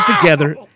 together